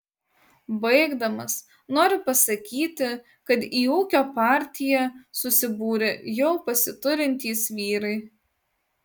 baigdamas noriu pasakyti kad į ūkio partiją susibūrė jau pasiturintys vyrai